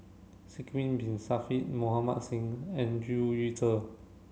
Sidek Bin Saniff Mohan Singh and Zhu Yu Ze